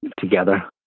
together